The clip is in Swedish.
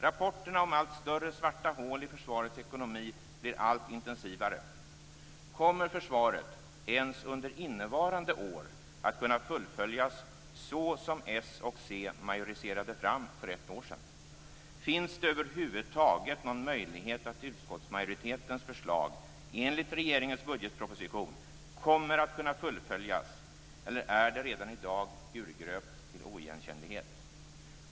Rapporterna om allt större svarta hål i försvarets ekonomi blir allt intensivare. Kommer försvaret ens under innevarande år att kunna fullföljas i enlighet med det som s och c "majoriserade fram" för ett år sedan? Finns det över huvud taget någon möjlighet att utskottsmajoritetens förslag enligt regeringens budgetproposition kommer att kunna fullföljas, eller är det redan i dag urgröpt till oigenkännlighet?